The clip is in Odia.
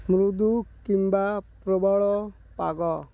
ମୃଦୁ କିମ୍ବା ପ୍ରବଳ ପାଗ